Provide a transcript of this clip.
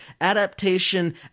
adaptation